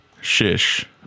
shish